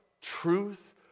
truth